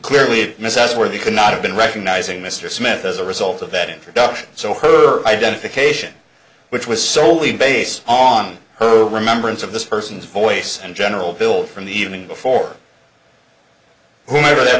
clearly a miss as worthy could not have been recognizing mr smith as a result of that introduction so her identification which was solely based on her remembrance of this person's voice and general bill from the evening before whomever that